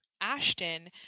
Ashton